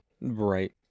Right